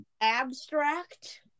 Abstract